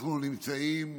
אנחנו נמצאים